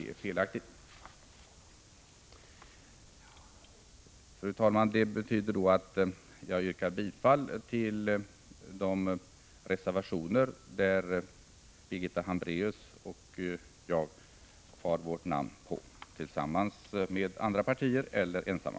Det är felaktigt. Fru talman! Jag yrkar bifall till de reservationer där Birgitta Hambraeus och mitt namn återfinns — tillsammans med andra eller ensamma.